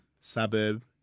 suburb